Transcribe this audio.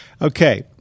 Okay